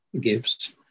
gives